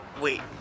Wait